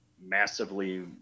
massively